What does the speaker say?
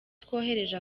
twohereje